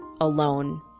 alone